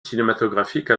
cinématographique